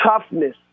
toughness